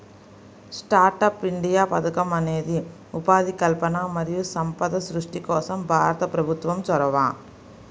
startup India పథకం అనేది ఉపాధి కల్పన మరియు సంపద సృష్టి కోసం భారత ప్రభుత్వం చొరవ